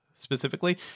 Specifically